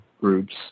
groups